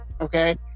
okay